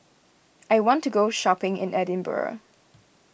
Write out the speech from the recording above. I want to go shopping in Edinburgh